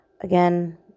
Again